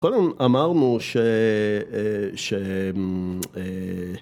אמרנו ש...